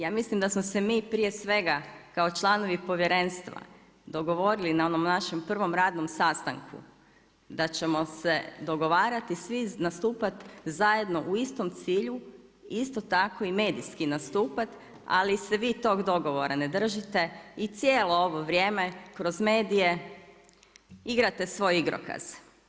Ja mislim da smo se mi prije svega kao članovi Povjerenstva dogovorili na onom našem prvom radnom sastanku da ćemo se dogovarati i svi nastupati zajedno u istom cilju, isto tako i medijski nastupati ali se vi tog dogovora ne držite i cijelo ovo vrijeme kroz medije igrate svoj igrokaz.